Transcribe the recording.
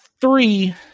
three